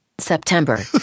September